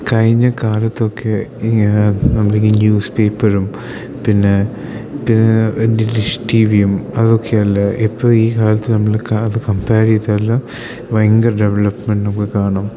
കഴിഞ്ഞ കാലത്തൊക്കെ ഈ നമ്മൾ ഈ ന്യൂസ് പേപ്പറും പിന്നെ പിന്നെ ഡിഷ് ടി വിയും അതൊക്കെയല്ലേ ഇപ്പം ഈ കാലത്ത് നമ്മൾ അത് കമ്പേർ ചെയ്താൽ ഭയങ്കര ഡെവലപ്മെൻറ്റ് നമുക്ക് കാണാം